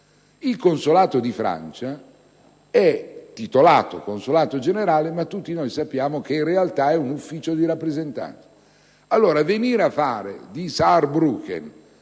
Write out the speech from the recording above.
Il consolato di Francia è titolato consolato generale, ma tutti sappiamo che in realtà è un ufficio di rappresentanza. Allora, fare di Saarbrücken